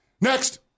Next